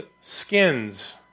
skins